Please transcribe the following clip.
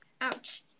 ouch